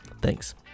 Thanks